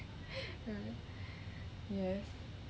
mm yes